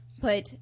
put